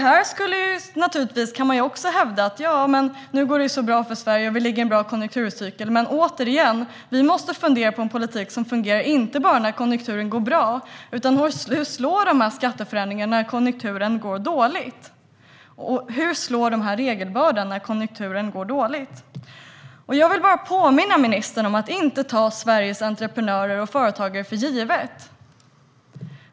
Man kan naturligtvis hävda att nu går det ju så bra för Sverige, och vi ligger bra i konjunkturcykeln. Men återigen: Vi måste fundera på en politik som fungerar inte bara när konjunkturen går bra utan också när den går dåligt. Hur slår de här skatteförändringarna då, och hur slår regelbördan? Jag vill bara påminna ministern om att inte ta Sveriges entreprenörer och företagare för givna.